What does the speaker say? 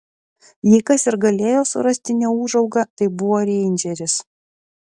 jei kas ir galėjo surasti neūžaugą tai buvo reindžeris